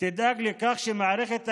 תדאג לכך שמערכת החינוך,